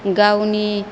गावनि